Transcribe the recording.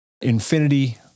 Infinity